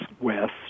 west